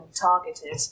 targeted